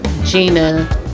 gina